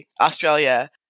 Australia